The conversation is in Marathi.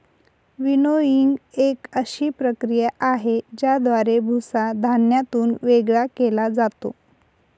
विनोइंग एक अशी प्रक्रिया आहे, ज्याद्वारे भुसा धान्यातून वेगळा केला जातो